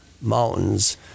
mountains